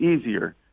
easier